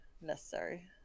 necessary